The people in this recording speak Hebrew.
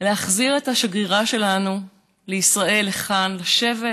להחזיר את השגרירה שלנו לישראל, לכאן, לשבת